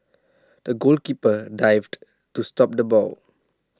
the goalkeeper dived to stop the ball